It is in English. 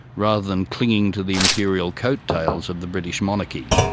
rather than clinging to the imperial coat-tails of the british monarchy.